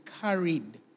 carried